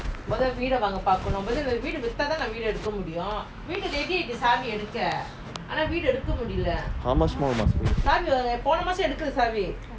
how much more we must wait